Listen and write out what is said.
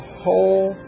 whole